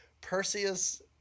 Perseus